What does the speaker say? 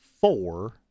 four